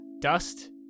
dust